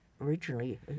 originally